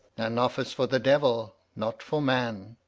an office for the devil, not for man.